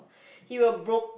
he will broke